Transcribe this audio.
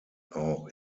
auch